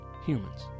humans